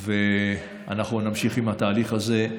ואנחנו נמשיך עם התהליך הזה.